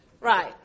right